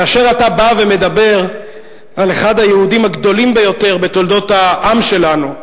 כאשר אתה מדבר על אחד היהודים הגדולים ביותר בתולדות העם שלנו,